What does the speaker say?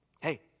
Hey